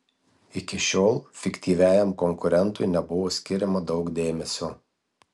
iki šiol fiktyviajam konkurentui nebuvo skiriama daug dėmesio